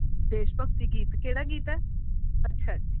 ਦੇਸ਼ ਭਗਤੀ ਗੀਤ ਕਿਹੜਾ ਗੀਤ ਹੈ ਅੱਛਾ ਜੀ